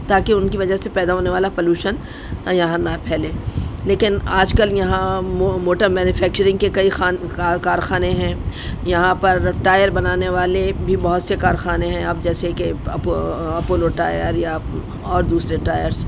تاکہ ان کی وجہ سے پیدا ہونے والا پولیوشن یہاں نہ پھیلے لیکن آج کل یہاں موٹر مینوفیکچرنگ کے کئی خان کارخانے ہیں یہاں پر ٹائر بنانے والے بھی بہت سے کارخانے ہیں اب جیسے کہ اپو اپولو ٹائر یا اور دوسرے ٹائرس